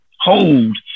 hold